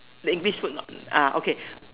the English food not uh okay